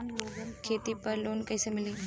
खेती पर लोन कईसे मिली?